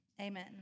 Amen